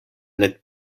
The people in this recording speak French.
l’êtes